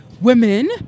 women